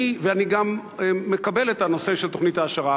אני גם מקבל את הנושא של תוכנית העשרה,